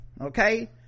okay